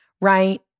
right